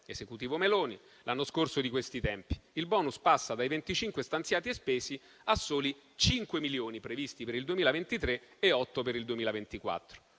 esecutivo Meloni, l'anno scorso di questi tempi. Il *bonus* passa dai 25, stanziati e spesi, a soli 5 milioni previsti per il 2023 e 8 per il 2024.